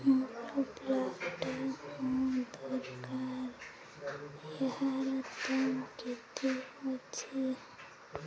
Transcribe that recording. ମୋର ବ୍ଲାକ୍ଟା ହିଁ ଦରକାର ଏହାର ଦାମ୍ କେତେ ଅଛି